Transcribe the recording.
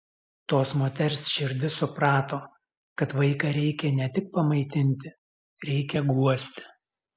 tos moters širdis suprato kad vaiką reikia ne tik pamaitinti reikia guosti